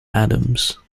adams